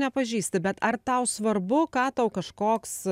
nepažįsti bet ar tau svarbu ką tau kažkoks